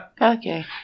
Okay